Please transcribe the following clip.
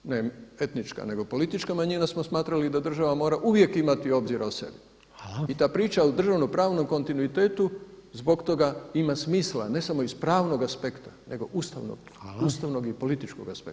Mi, ne etnička, nego politička manjina smo smatrali da država mora uvijek imati obzira o sebi i ta priča o državnopravnom kontinuitetu zbog toga ima smisla, ne samo iz pravnog aspekta, nego ustavnog i političkog aspekta.